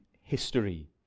history